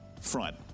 front